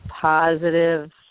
Positive